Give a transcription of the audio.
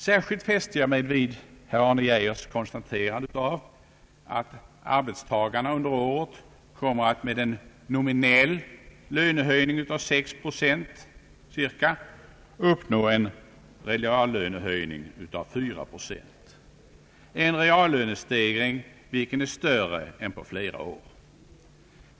Särskilt fäste jag mig vid herr Arne Geijers konstaterande att arbetstagarna under året med en nominell lönehöjning av cirka 6 procent kommer att uppnå en reallönestegring av 4 procent, vilket är en större reallönestegring än vad man haft på flera år.